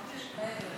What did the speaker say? תודה,